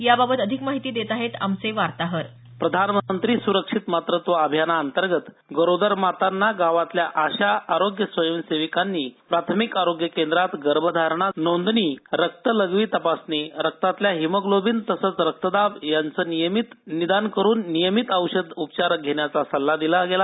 याबाबत अधिक माहिती देत आहेत आमचे वार्ताहर प्रधानमंत्री स्रक्षित मातृत्व अभियानाअंतर्गत गरोदर मातांना गावातल्या आशा आरोग्य स्वयंसेविकांनी प्राथमिक आरोग्य केंद्रात गर्भधारणा नोंदणी रक्त लघवी तपासणी रक्तातलं हिमोग्लोबीन तसंच रक्तदाब यांचं नियमित निदान करून नियमित औषध उपचार घेण्याचा सल्ला दिला गेला